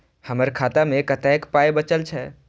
हमर खाता मे कतैक पाय बचल छै